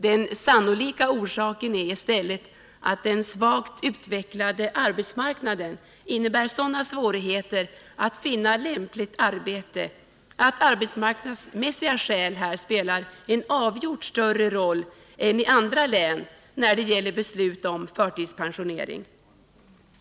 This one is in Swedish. Den sannolika orsaken är i stället att den svagt utvecklade arbetsmarknaden innebär sådana svårigheter att finna lämpligt arbete att arbetsmarknadsmässiga skäl här spelar en avgjort större roll än i andra län när det gäller beslut om förtidspensionering.